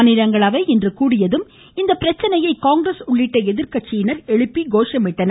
மாநிலங்களவை இன்று கூடியதும் இப்பிரச்சனையை காங்கிரஸ் உள்ளிட்ட எதிர்க்கட்சியினர் எழுப்பி கோஷமிட்டனர்